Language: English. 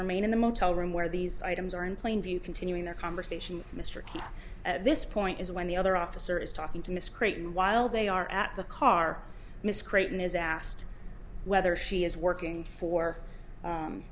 remain in the motel room where these items are in plain view continuing their conversation with mr cain at this point is when the other officer is talking to miscreate and while they are at the car miss creighton is asked whether she is working for